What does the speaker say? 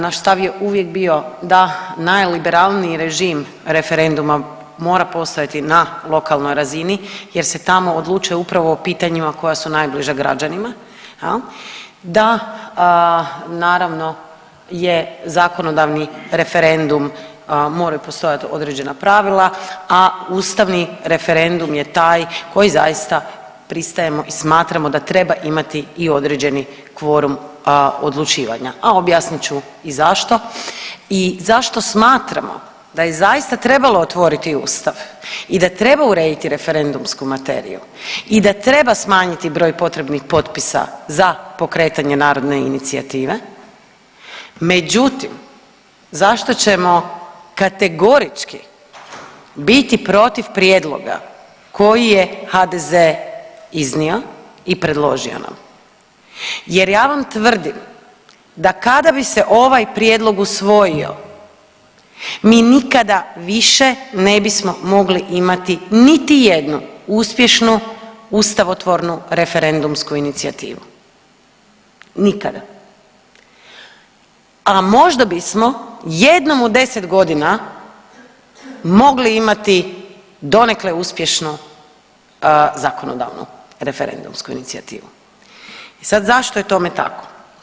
Naš stav je uvijek bio da najliberalniji režim referenduma mora postojati na lokalnoj razini jer se tamo odlučuje upravo o pitanjima koja su najbliža građanima jel, da naravno je zakonodavni referendum moraju postojati određena pravila, a ustavni referendum je taj koji zaista pristajemo i smatramo da treba imati i određeni kvorum odlučivanja, a objasnit ću i zašto i zašto smatramo da je zaista trebalo otvoriti ustav i da treba urediti referendumsku materiju i da treba smanjiti broj potrebnih potpisa za pokretanje narodne inicijative, međutim zašto ćemo kategorički biti protiv prijedloga koji je HDZ iznio i predložio nam jer ja vam tvrdim da kada bi se ovaj prijedlog usvojio mi nikada više ne bismo mogli imati niti jednu uspješnu ustavotvornu referendumsku inicijativu, nikada, a možda bismo jednom u 10.g. mogli imati donekle uspješnu zakonodavnu referendumsku inicijativu i sad zašto je tome tako?